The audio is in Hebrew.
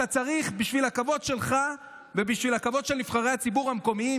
אתה צריך בשביל הכבוד שלך ובשביל הכבוד של נבחרי הציבור המקומיים,